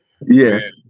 Yes